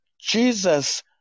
Jesus